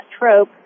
trope